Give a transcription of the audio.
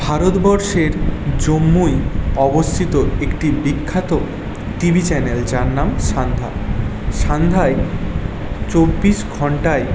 ভারতবর্ষের জম্মুয় অবস্থিত একটি বিখ্যাত টিভি চ্যানেল যার নাম সান্ধ্যা সান্ধ্যায় চব্বিশ ঘণ্টাই